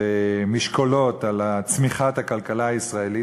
ומשקולות על צמיחת הכלכלה הישראלית,